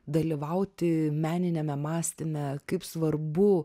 dalyvauti meniniame mąstyme kaip svarbu